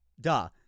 duh